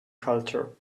culture